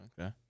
Okay